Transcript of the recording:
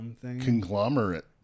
conglomerate